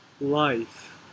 life